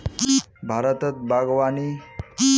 भारतत बागवानी विभागेर बिल्डिंग इ ठिन से बेसी दूर नी छेक